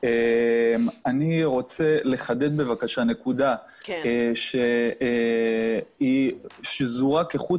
אני רוצה לחדד בבקשה נקודה שהיא שזורה כחוט